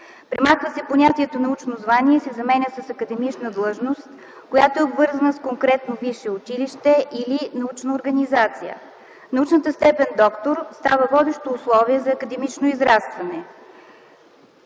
Премахва се понятието „научно звание” и се заменя с „академична длъжност”, която е обвързана с конкретно висше училище или научна организация. Научната степен „доктор” става водещо условие за академично израстване.